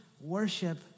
worship